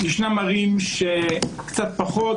יש ערים שקצת פחות,